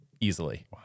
easily